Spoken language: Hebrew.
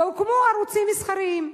והוקמו ערוצים מסחריים.